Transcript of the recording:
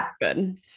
good